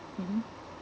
mmhmm